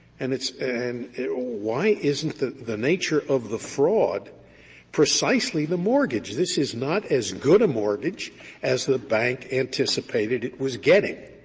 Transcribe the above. and it's and why isn't the the nature of the fraud precisely the mortgage? this is not as good a mortgage as the bank anticipated it was getting.